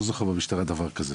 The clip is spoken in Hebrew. לא זוכר במשטרה דבר כזה,